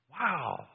wow